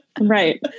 Right